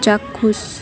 ଚାକ୍ଷୁଷ